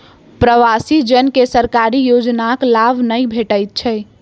प्रवासी जन के सरकारी योजनाक लाभ नै भेटैत छै